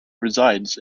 resides